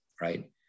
right